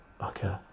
okay